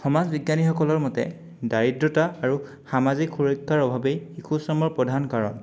সমাজ বিজ্ঞানীসকলৰ মতে দাৰিদ্ৰতা আৰু সামাজিক সুৰক্ষাৰ অভাৱেই শিশুশ্ৰমৰ প্ৰধান কাৰণ